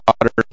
water